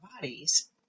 bodies